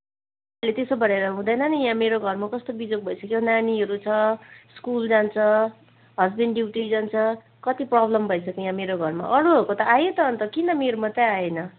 ले त्यसो भनेर हुँदैन नि यहाँ मेरो घरमा कस्तो बिजोग भइसक्यो नानीहरू छ स्कुल जान्छ हस्बेन्ड ड्युटी जान्छ कति प्रब्लम भइसक्यो यहाँ मेरो घरमा अरूहरूको त आयो त अन्त किन मेरो मात्रै आएन